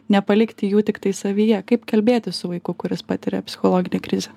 nepalikti jų tiktai savyje kaip kalbėtis su vaiku kuris patiria psichologinę krizę